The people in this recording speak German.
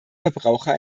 verbraucher